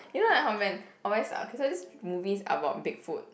you know like how men always okay these movies about Big Foot